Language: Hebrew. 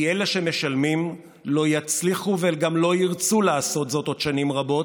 כי אלה שמשלמים לא יצליחו וגם לא ירצו לעשות זאת עוד שנים רבות,